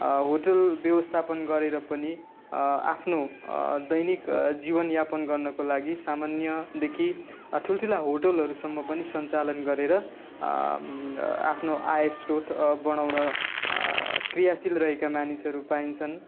hotel व्यवस्थान गरेर पनि आफ्नो दैनिक जीवनयापन गर्नको लागि सामान्यदेखि ठुलठुला होटलहरूसम्म पनि सञ्चालन गरेर आफ्नो आयस्रोत बढाउन क्रियाशील रहेका मानिसहरू पाइन्छन्